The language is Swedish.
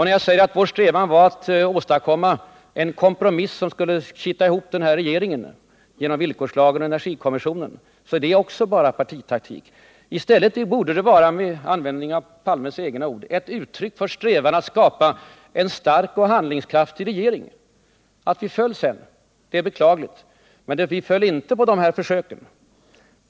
När jag säger att vår strävan var att åstadkomma en kompromiss som skulle kitta ihop trepartiregeringen genom villkorslagen och energikommissionen, är det också enligt Olof Palme bara partitaktik. I stället borde våra insatser i det hänseendet betraktas som en strävan efter att, för att använda Olof Palmes egna ord, skapa en stark och handlingskraftig regering. Att vi sedan föll är beklagligt, men vi föll inte på de här försöken.